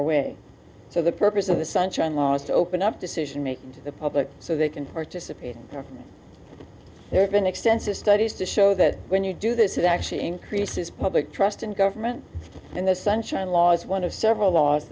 away so the purpose of the sunshine laws to open up decisionmaking to the public so they can participate and there have been extensive studies to show that when you do this it actually increases public trust in government and the sunshine laws one of several laws